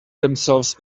themselves